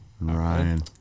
Ryan